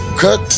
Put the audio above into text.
cut